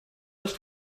das